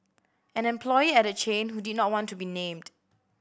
an employee at the chain who did not want to be named